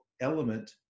element